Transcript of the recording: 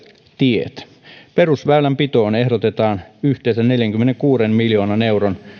tiet perusväylänpitoon ehdotetaan yhteensä neljänkymmenenkuuden miljoonan euron